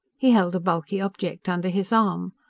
he held a bulky object under his arm.